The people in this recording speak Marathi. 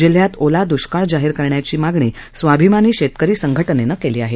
जिल्ह्यात ओला द्ष्काळा जाहीर करण्याची मागणीस्वाभिमानी शेतकरी संघटनेनं केली आहे